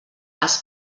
les